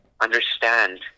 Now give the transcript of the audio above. understand